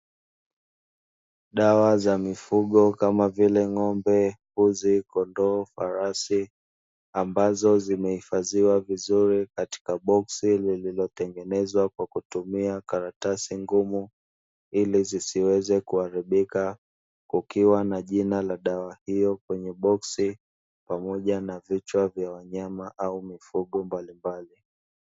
Dawa za mifugo kama vile ngo'mbe, mbuzi, kondoo, farasi ambazo zimehifadhiwa vizuri katika boksi lililotengenezwa kwa kutumia karatasi ngumu ili zisiweze kuharibika kukiwa na jina la dawa hiyo kwenye boksi pamoja na vichwa vya wanyama au mifugo mbalimbali.